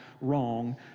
wrong